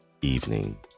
evening